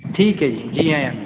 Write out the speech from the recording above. ਠੀਕ ਹੈ ਜੀ ਜੀ ਆਇਆ ਨੂੰ